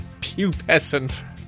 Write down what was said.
pupescent